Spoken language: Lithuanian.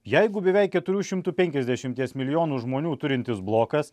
jeigu beveik keturių šimtų penkiasdešimties milijonų žmonių turintis blokas